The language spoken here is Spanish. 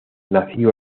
nació